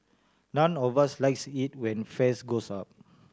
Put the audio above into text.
none of us likes it when fares go up